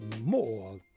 more